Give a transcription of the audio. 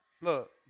Look